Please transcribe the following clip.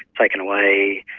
taken away,